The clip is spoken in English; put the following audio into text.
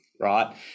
right